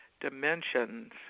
dimensions